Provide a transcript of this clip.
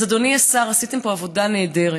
אז אדוני השר, עשיתם פה עבודה נהדרת.